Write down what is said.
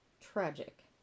Tragic